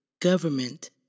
Government